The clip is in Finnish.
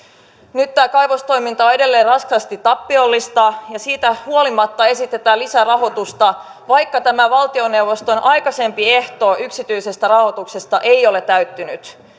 nyt tämä kaivostoiminta on edelleen raskaasti tappiollista ja siitä huolimatta esitetään lisärahoitusta vaikka tämä valtioneuvoston aikaisempi ehto yksityisestä rahoituksesta ei ole täyttynyt